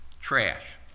Trash